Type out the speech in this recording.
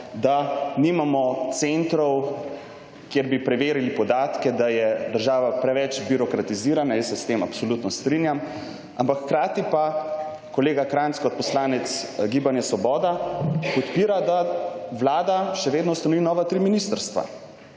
da nimamo centrov, kjer bi preverili podatke, da je država preveč birokratizirana. Jaz se s tem absolutno strinjam. Ampak hkrati pa kolega Krajnc kot poslanec Gibanje Svoboda podpira, da Vlada še vedno ustanovi nova 3 ministrstva,